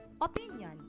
opinion